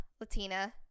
Latina